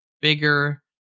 bigger